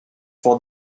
for